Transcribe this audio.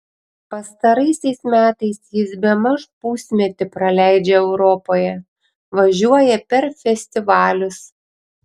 pastaraisiais metais jis bemaž pusmetį praleidžia europoje važiuoja per festivalius